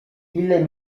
ile